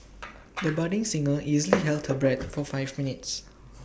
the budding singer easily held her breath for five minutes